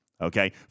Okay